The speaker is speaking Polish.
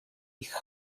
ich